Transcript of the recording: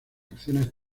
acciones